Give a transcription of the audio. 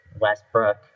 Westbrook